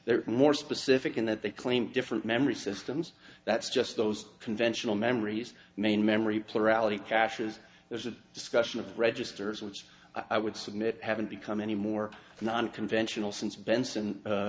they're more specific in that they claim different memory systems that's just those conventional memories main memory plurality caches there's a discussion of registers which i would submit haven't become any more nonconventional since benson